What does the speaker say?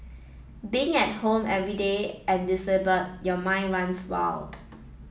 being at home every day and disabled your mind runs wild